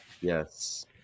Yes